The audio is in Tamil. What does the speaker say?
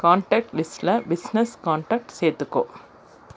கான்டக்ட் லிஸ்டில் பிஸ்னஸ் கான்டக்ட்ஸ் சேர்த்துக்கோ